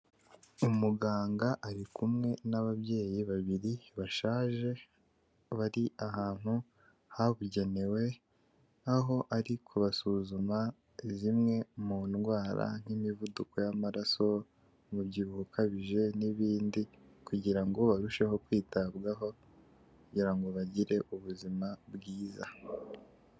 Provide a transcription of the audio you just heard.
Umuganga ari kumwe n'ababyeyi babiri bashaje, bari ahantu habugenewe, aho ari kubasuzuma zimwe mu ndwara, nk'imivuduko y'amaraso, umubyibuho ukabije, n'ibindi, kugirango ngo barusheho kwitabwaho, kugira ngo bagire ubuzima bwiza.